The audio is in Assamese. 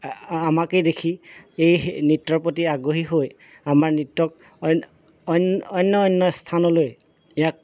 আমাকেই দেখি এই নৃত্যৰ প্ৰতি আগ্ৰহী হৈ আমাৰ নৃত্যক অইন অন্য অন্য স্থানলৈ ইয়াক